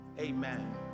amen